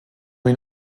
ihn